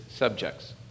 subjects